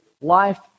life